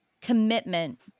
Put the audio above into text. commitment